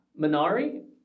Minari